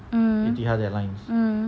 mm mm